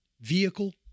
vehicle